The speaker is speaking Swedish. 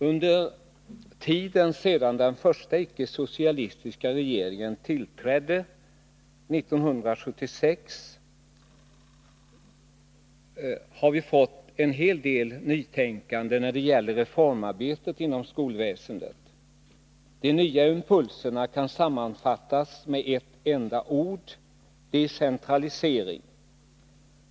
Under tiden sedan den icke-socialistiska regeringen tillträdde år 1976 har vi fått en hel del nytänkande beträffande reformarbetet genom skolväsendet. De nya impulserna kan sammanfattas med ett enda ord: decentralisering.